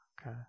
Okay